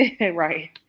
Right